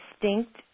distinct